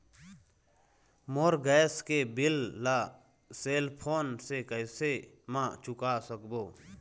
मोर gas के bill ला cell phone से कैसे म चुका सकबो?